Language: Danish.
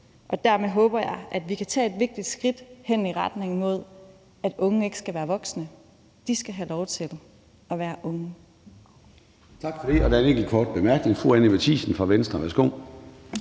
Dermed håber jeg, at vi kan tage et vigtigt skridt hen i retning mod, at unge ikke skal være voksne; de skal have lov til at være unge.